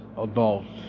adults